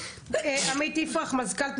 אלון ביטון ממרכז השלטון האזורי.